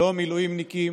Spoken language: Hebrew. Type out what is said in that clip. לא מילואימניקים,